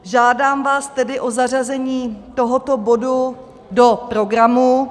Žádám vás tedy o zařazení tohoto bodu do programu.